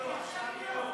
עכשיו היא לא, עכשיו היא לא.